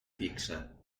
fixa